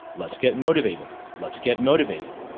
let's get motivated! let's get motivated!